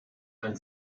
ein